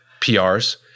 PRs